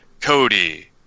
Cody